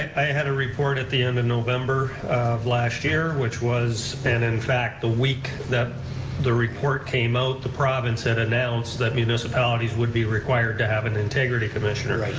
i had a report at the end of november of last year, which was, and in fact the week that the report came out, the province had announced that municipalities would be required to have an integrity commissioner.